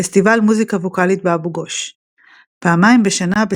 פסטיבל מוזיקה ווקאלית באבו גוש פעמיים בשנה,